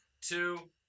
two